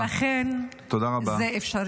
-- לכן זה אפשרי.